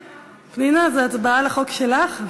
פנינה, זו הצבעה על החוק שלך.